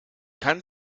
kann